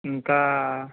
ఇంకా